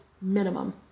minimum